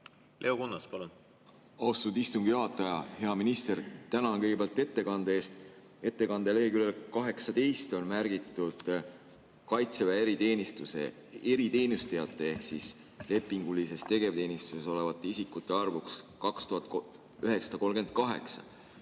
Leo Kunnas, palun!